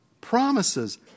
promises